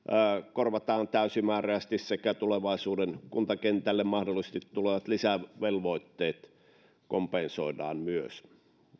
korvataan täysimääräisesti ja että tulevaisuuden kuntakentälle mahdollisesti tulevat lisävelvoitteet kompensoidaan myös